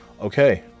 Okay